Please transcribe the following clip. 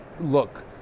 look